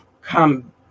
come